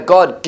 God